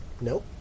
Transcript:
Nope